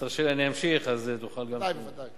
תרשה לי, אני אמשיך, אז אני אוכל גם, ודאי, ודאי.